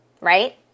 right